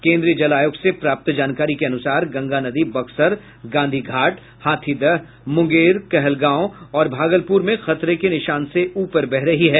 केन्द्रीय जल आयोग से प्राप्त जानकारी के अनुसार गंगा नदी बक्सर गांधी घाट हाथीदह मुंगेर कहलगांव और भागलपुर में खतरे के निशान से ऊपर बह रही है